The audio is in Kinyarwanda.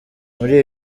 muri